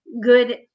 good